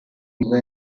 river